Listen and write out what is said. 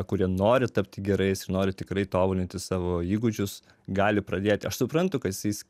kurie nori tapti gerais ir nori tikrai tobulinti savo įgūdžius gali pradėti aš suprantu kas jis